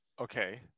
Okay